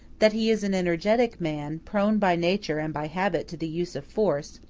that he is an energetic man, prone by nature and by habit to the use of force,